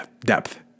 depth